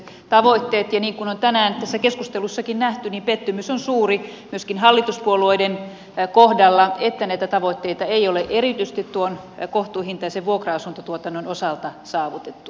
niin kuin on tänään tässä keskustelussakin nähty pettymys on suuri myöskin hallituspuolueiden kohdalla että näitä tavoitteita ei ole erityisesti tuon kohtuuhintaisen vuokra asuntotuotannon osalta saavutettu